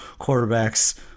quarterbacks